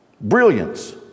brilliance